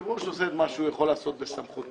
היושב-ראש עושה את מה שהוא יכול לעשות בסמכותו.